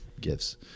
gifts